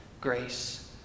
grace